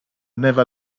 never